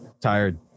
tired